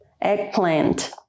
eggplant